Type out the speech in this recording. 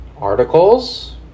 Articles